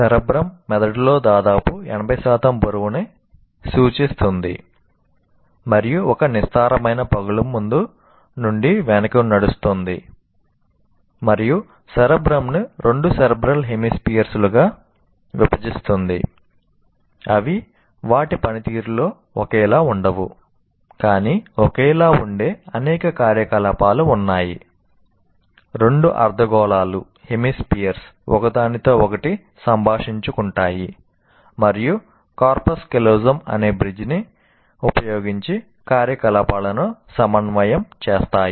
cerebrum అనే బ్రిడ్జిను ఉపయోగించి కార్యకలాపాలను సమన్వయం చేస్తాయి